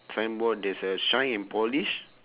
signboard there's a shine and polish